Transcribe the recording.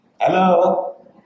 Hello